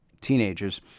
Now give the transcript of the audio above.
teenagers